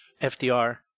FDR